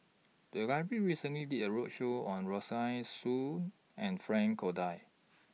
The Library recently did A roadshow on Rosaline Soon and Frank Cloutier